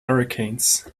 hurricanes